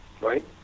right